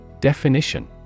Definition